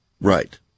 Right